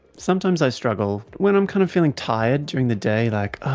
sometimes i struggle when i'm kind of feeling tired during the day, like